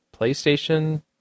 PlayStation